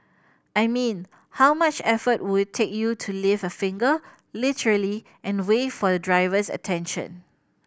I mean how much effort would take you to lift a finger literally and wave for the driver's attention